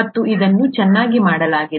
ಮತ್ತು ಅದನ್ನು ಚೆನ್ನಾಗಿ ಮಾಡಲಾಗಿದೆ